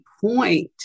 point